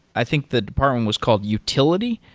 i think the department was called utility.